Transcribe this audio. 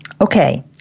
Okay